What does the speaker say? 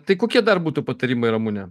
tai kokie dar būtų patarimai ramune